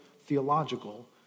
theological